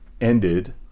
ended